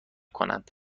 کنند